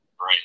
Right